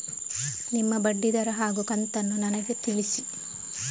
ನಿಮ್ಮ ಬಡ್ಡಿದರ ಹಾಗೂ ಕಂತನ್ನು ನನಗೆ ತಿಳಿಸಿ?